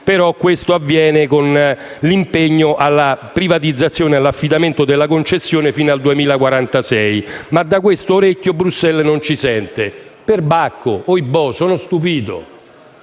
ciò avviene con l'impegno alla privatizzazione e all'estensione della concessione fino al 2046. Ma da questo orecchio Bruxelles non ci sente. Perbacco! Ohibò! Sono stupito!